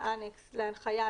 ANNEX להנחייה